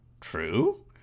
True